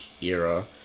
era